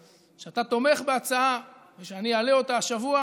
שאתה תומך בהצעה ושאני אעלה אותה השבוע